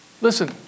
Listen